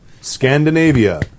Scandinavia